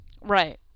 Right